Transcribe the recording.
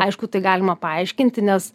aišku tai galima paaiškinti nes